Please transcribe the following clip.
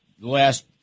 last